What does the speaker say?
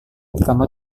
kamu